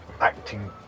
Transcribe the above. acting